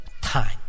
time